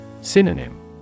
Synonym